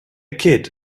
kid